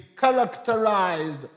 characterized